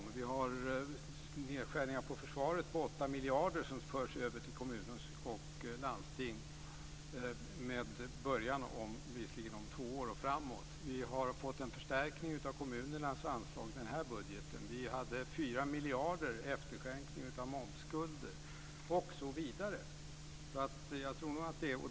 Vidare har vi inom försvaret nedskärningar på 8 miljarder kronor. De pengarna förs över till kommuner och landsting, visserligen med början om två år och framåt. Vi har också fått en förstärkning i den här budgeten av kommunernas anslag. Dessutom handlar det om 4 miljarder i efterskänkning beträffande momsskulder osv.